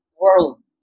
world